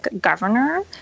governor